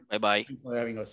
Bye-bye